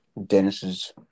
Dennis's